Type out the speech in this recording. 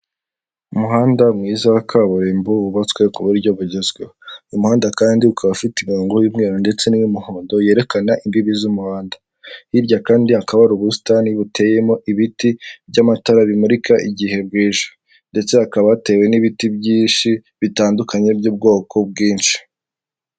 Umuhanda mwiza wa kaburimbo wubatswe ku buryo bugezweho, uyu muhanda kandi ukaba ufite irungo y'umweru ndetse n'iy'umuhondo yerekana imbibi z'umuhanda, hirya kandi hakaba ubusitani buteyemo ibiti by'amatara bimurika igihe bwije, ndetse hakaba hatewe n'ibiti byinshi bitandukanye by'ubwoko bwinshi.